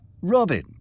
Robin